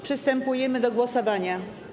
Przystępujemy do głosowania.